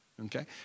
Okay